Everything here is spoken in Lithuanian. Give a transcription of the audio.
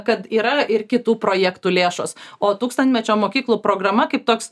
kad yra ir kitų projektų lėšos o tūkstantmečio mokyklų programa kaip toks